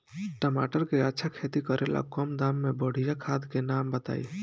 टमाटर के अच्छा खेती करेला कम दाम मे बढ़िया खाद के नाम बताई?